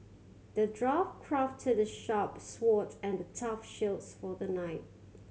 the dwarf crafted the sharp sword and the tough shield for the knight